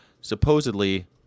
Supposedly